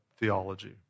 theology